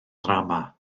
ddrama